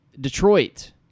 Detroit